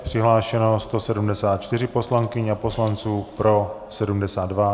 Přihlášeno 174 poslankyň a poslanců, pro 72.